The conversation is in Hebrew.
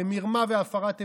במרמה והפרת אמונים,